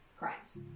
crimes